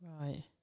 Right